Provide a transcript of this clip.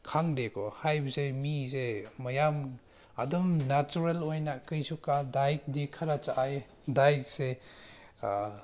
ꯈꯪꯗꯦꯀꯣ ꯍꯥꯏꯕꯁꯦ ꯃꯤꯁꯦ ꯃꯌꯥꯝ ꯑꯗꯨꯝ ꯅꯦꯆꯔꯦꯜ ꯑꯣꯏꯅ ꯀꯔꯤꯁꯨ ꯗꯥꯏꯠꯇꯤ ꯈꯔ ꯆꯥꯏꯌꯦ ꯗꯥꯏꯠꯁꯦ